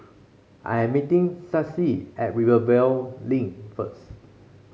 I'm meeting Stacie at Rivervale Link first